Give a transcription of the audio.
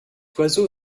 oiseau